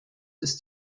ist